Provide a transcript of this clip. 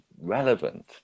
relevant